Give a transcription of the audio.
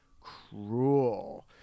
cruel